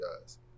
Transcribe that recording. guys